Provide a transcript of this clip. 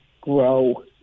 grow